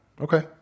Okay